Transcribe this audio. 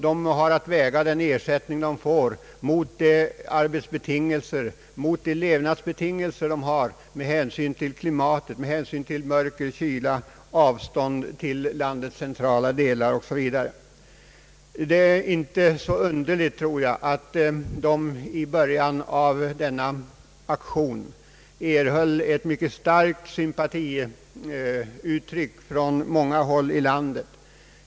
De har att väga den ersättning de får mot de levnadsbetingelser som råder med hänsyn till klimat, mörker, kyla, avstånd till landets centrala delar 0. s. v. Det är inte så underligt att arbetarna i början av denna aktion erhöll mycket starka uttryck för sympati från många delar av landet.